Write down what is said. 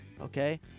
okay